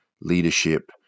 leadership